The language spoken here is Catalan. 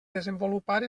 desenvolupar